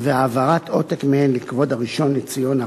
והעברת עותק מהן לכבוד הראשון לציון,